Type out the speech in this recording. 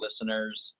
listeners